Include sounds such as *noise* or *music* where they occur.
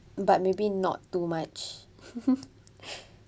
but maybe not too much *laughs*